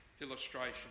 illustration